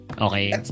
Okay